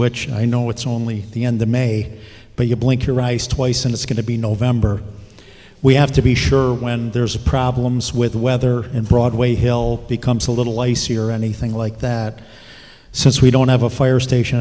which i know it's only the end of may but you blink your eyes twice and it's going to be november we have to be sure when there's a problems with the weather and broadway hill becomes a little icy or anything like that since we don't have a fire station